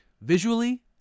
visually